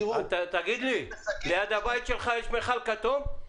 תגיד לי, ליד הבית שלך יש מכל כתום?